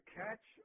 catch